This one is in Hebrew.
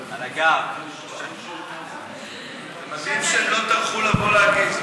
זה מדהים שהם לא טרחו לבוא להגיב.